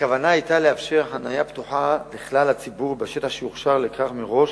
הכוונה היתה לאפשר חנייה פתוחה לכלל הציבור בשטח שיוכשר לכך מראש